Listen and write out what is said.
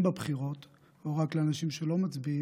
בבחירות או רק לאנשים שלא מצביעים,